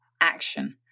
action